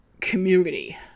community